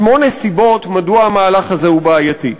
שמונה סיבות מדוע המהלך הזה בעייתי.